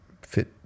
fit